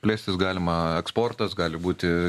plėstis galima eksportas gali būti